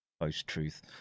Post-truth